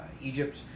Egypt